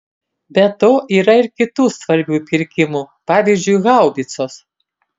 be to yra ir kitų svarbių pirkimų pavyzdžiui haubicos